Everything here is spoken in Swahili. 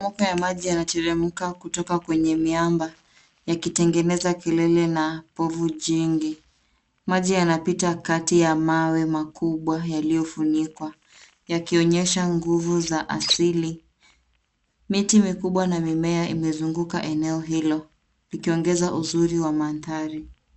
Moga ya maji yanateremka kutoka kwenye miamba yakitengeneza kelele na povu jingi. Maji yanapita kati ya mawe makubwa yaliyofunikwa yakionyesha nguvu za asili. Miti mikubwa na mimea imezunguka eneo hilo ikiongeza uzuri wa mandhari.